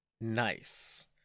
Nice